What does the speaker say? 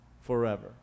forever